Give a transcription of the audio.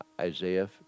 Isaiah